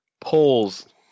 Polls